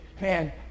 man